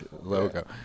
logo